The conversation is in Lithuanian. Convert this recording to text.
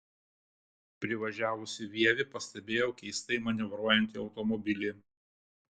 privažiavusi vievį pastebėjau keistai manevruojantį automobilį